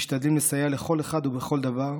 משתדלים לסייע לכל אחד ובכל דבר,